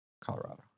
Colorado